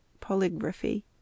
Polygraphy